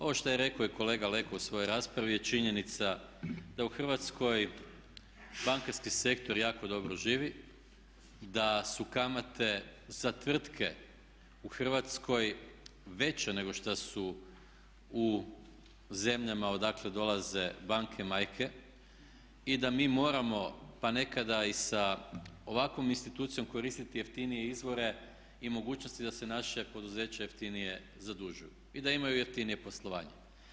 Ovo što je rekao i kolega Leko u svojoj raspravi je činjenica da u Hrvatskoj bankarski sektor jako dobro živi, da su kamate za tvrtke u Hrvatskoj veće nego šta su u zemljama odakle dolaze banke majke i da mi moramo pa nekada i sa ovakvom institucijom koristiti jeftinije izvore i mogućnosti da se naše poduzeće jeftinije zadužuje i da imaju jeftinije poslovanje.